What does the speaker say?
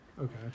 Okay